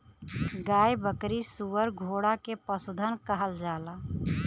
गाय बकरी सूअर घोड़ा के पसुधन कहल जाला